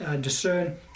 discern